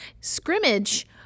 scrimmage